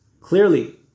clearly